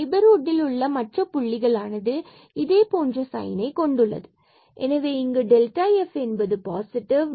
நெய்பர்ஹுட்டில் உள்ள மற்றும் புள்ளிகள் ஆனது இதேபோன்று சைன்னை கொண்டுள்ளது எனவே இங்கு f என்பது பாசிட்டிவ்